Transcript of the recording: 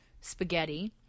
spaghetti